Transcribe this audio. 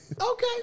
okay